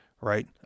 right